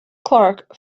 clark